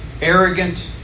arrogant